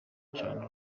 bacana